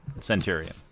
Centurion